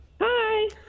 Hi